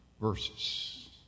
verses